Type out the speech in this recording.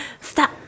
Stop